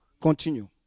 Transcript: Continue